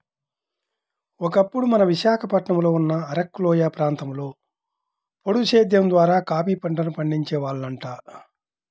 ఒకప్పుడు మన విశాఖపట్నంలో ఉన్న అరకులోయ ప్రాంతంలో పోడు సేద్దెం ద్వారా కాపీ పంటను పండించే వాళ్లంట